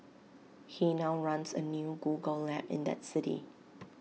he now runs A new Google lab in that city